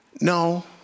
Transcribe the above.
No